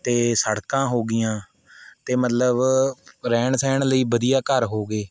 ਅਤੇ ਸੜਕਾਂ ਹੋ ਗਈਆਂ ਅਤੇ ਮਤਲਬ ਰਹਿਣ ਸਹਿਣ ਲਈ ਵਧੀਆ ਘਰ ਹੋ ਗਏ